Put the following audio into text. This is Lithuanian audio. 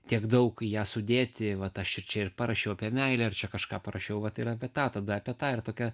tiek daug į ją sudėti vat aš ir čia ir parašiau apie meilę ir čia kažką parašiau vat apie tą tada apie tą ir ką